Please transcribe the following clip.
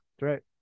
right